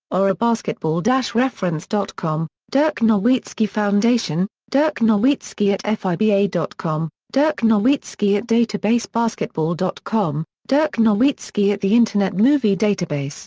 or ah basketball-reference com dirk nowitzki foundation dirk nowitzki at fiba dot com dirk nowitzki at databasebasketball dot com dirk nowitzki at the internet movie database